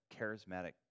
charismatic